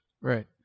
Right